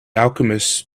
alchemist